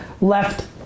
left